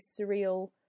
surreal